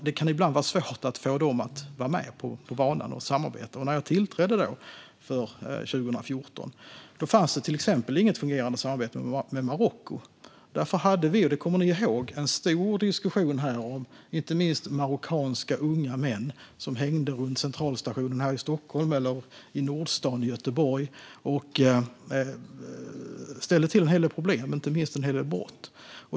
Det kan ibland vara svårt att få dem att vara med på banan och samarbeta. När jag tillträde, 2014, fanns det till exempel inget fungerande samarbete med Marocko. Därför hade vi - det kommer ni ihåg - en stor diskussion här om inte minst marockanska unga män som hängde runt centralstationen i Stockholm eller i Nordstan i Göteborg och ställde till en hel del problem, inte minst en hel del brott.